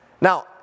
Now